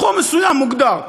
תחום מסוים, מוגדר.